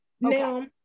Now